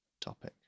topic